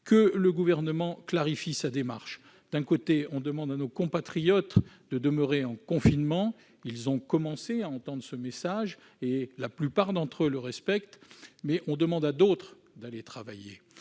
-que le Gouvernement clarifie sa démarche. D'un côté, on demande à nos compatriotes de demeurer en confinement. Ils ont commencé à entendre ce message, et la plupart d'entre eux le respectent ; de l'autre, on demande à certains d'aller travailler.